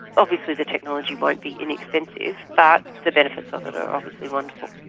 obviously the technology won't be inexpensive, but the benefits of it are obviously wonderful.